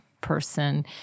person